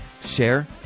share